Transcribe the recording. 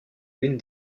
l’une